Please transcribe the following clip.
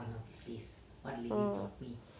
oo